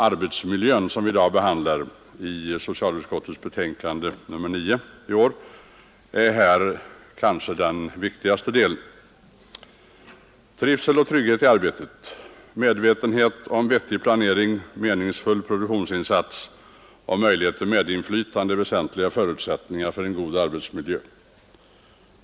Arbetsmiljön, som vi i dag behandlar och som tas upp i socialutskottets betänkande nr 9, är här kanske den viktigaste delen. Trivsel och trygghet i arbetet, medvetenhet om vettig planering, meningsfull produktionsinsats och möjlighet till medinflytande är väsentliga förutsättningar för en god arbetsmiljö.